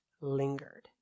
lingered